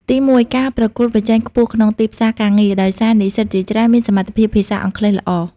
ទីមួយ ការប្រកួតប្រជែងខ្ពស់ក្នុងទីផ្សារការងារ ដោយសារនិស្សិតជាច្រើនមានសមត្ថភាពភាសាអង់គ្លេសល្អ។